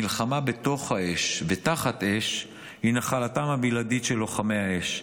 מלחמה בתוך האש ותחת אש היא נחלתם הבלעדית של לוחמי האש,